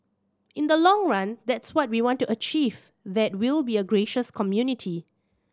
in the long run that's what we want to achieve that we'll be a gracious community